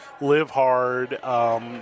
live-hard